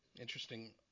Interesting